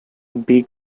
big